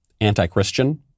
anti-Christian